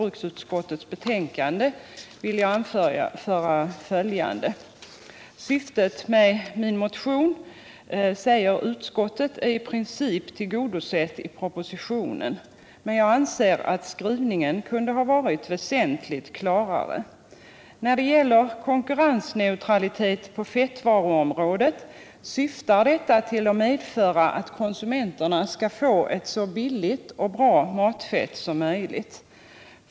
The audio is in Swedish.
bruksutskottets betänkande, vill jag anföra följande: Syftet med motionen, säger utskottet, är i princip tillgodosett i propositionen, men jag anser att skrivningen kunde ha varit väsentligt klarare. När det gäller konkurrensneutralitet på fettvaruområdet, så syftar denna till att medföra att konsumenterna skall få ett så billigt och bra matfett som möjligt.